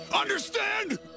Understand